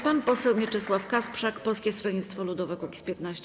Pan poseł Mieczysław Kasprzak, Polskie Stronnictwo Ludowe - Kukiz15.